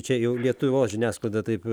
čia jau lietuvos žiniasklaida taip